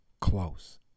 close